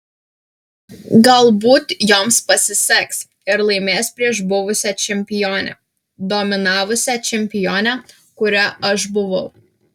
galbūt joms pasiseks ir laimės prieš buvusią čempionę dominavusią čempionę kuria aš buvau